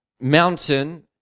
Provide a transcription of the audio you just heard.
mountain